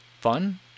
fun